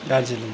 Darjeeling